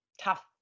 tough